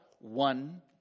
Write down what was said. One